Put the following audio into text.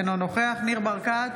אינו נוכח ניר ברקת,